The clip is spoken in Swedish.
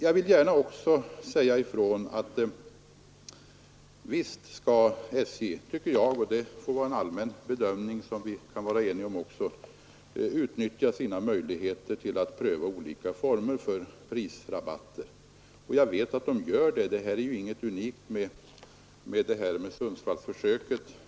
Jag vill dock gärna säga — och det får vara en allmän bedömning — att SJ visst skall utnyttja sina möjligheter att pröva olika former för prisrabatter. Jag vet att SJ också gör det. Det är ingenting unikt med Sundsvallsförsöket.